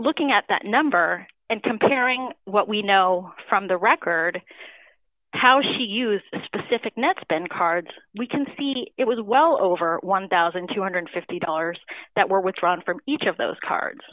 looking at that number and comparing what we know from the record how she used specific nets been cards we can see it was well over one thousand two hundred and fifty dollars that were withdrawn from each of those cards